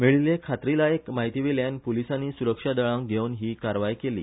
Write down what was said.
मेळील्ले खात्रीलायक म्हायतीवेल्यान पुलिसानी सुरक्षा दळांक घेवन हि कारवाय केली